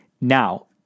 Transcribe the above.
Now